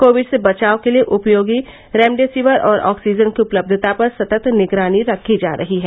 Covid से बचाव के लिये उपयोगी रेमडेसिवर और ऑक्सीजन की उपलब्यता पर सतत निगरानी रखी जा रही हैं